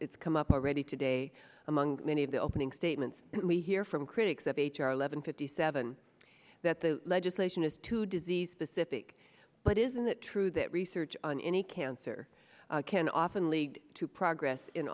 it's come up are ready today among many of the opening statements we hear from critics of h r eleven fifty seven that the legislation is too disease specific but isn't it true that research on any cancer can often lead to progress in